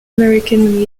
american